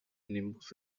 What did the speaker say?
nimbus